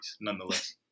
nonetheless